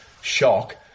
shock